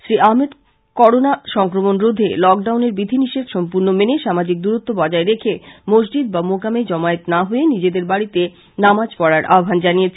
Shri Ahmed corona সংক্রমণ রোধে লকডাউনের বিধি নিষেধ সম্পূর্ন মেনে সামাজিক দূরত্ব বজায় রেখে মসজিদ বা মোকামে জমায়েত না হয়ে নিজেদের বাড়ীতে নামাজ পড়ার আহ্বান জানিয়েছেন